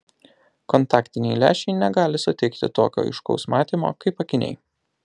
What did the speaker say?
kontaktiniai lęšiai negali suteikti tokio aiškaus matymo kaip akiniai